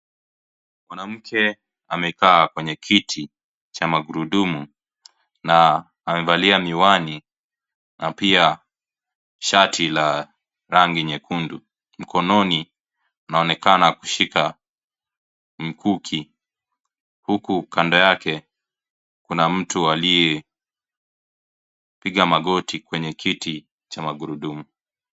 Mwanamke amekaa kwenye kiti cha magurudumu na amevalia miwani na pia shati la rangi nyekundu ,mkononi anaonekana kushika mkuki huku kando yake kuna mtu aliyepiga magoti kwenye kiti cha magurudumu.